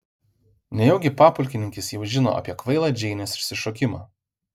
nejaugi papulkininkis jau žino apie kvailą džeinės išsišokimą